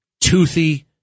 toothy